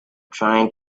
trying